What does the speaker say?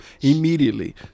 immediately